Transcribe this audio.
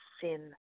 sin